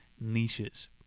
niches